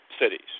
cities